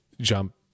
jump